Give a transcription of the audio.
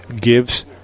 gives